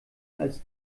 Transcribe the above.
als